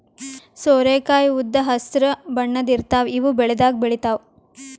ಸೋರೆಕಾಯಿ ಉದ್ದ್ ಹಸ್ರ್ ಬಣ್ಣದ್ ಇರ್ತಾವ ಇವ್ ಬೆಳಿದಾಗ್ ಬೆಳಿತಾವ್